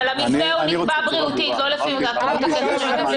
אבל המתווה נקבע בריאותית, לא לפי --- אולי